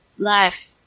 Life